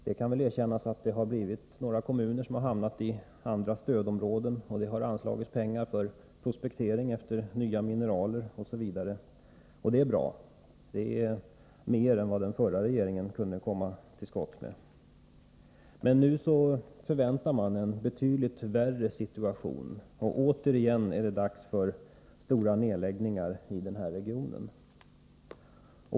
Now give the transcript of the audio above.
Det kan erkännas att några kommuner hamnat i andra stödområden, och det har anslagits pengar för prospektering efter nya mineraler, osv. Det är bra. Det är mer än vad den förra regeringen presterade. E ,: Nu förväntas en betydligt värre situation. Återigen är det dags för stora nedläggningar i den här regionen.